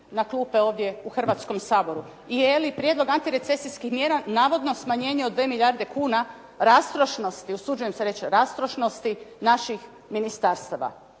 na klupe ovdje u Hrvatskom saboru i je li prijedlog antirecesijskih mjera navodno smanjenje od 2 milijarde kuna rastrošnosti, usuđujem se reći rastrošnosti naših ministarstava